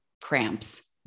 cramps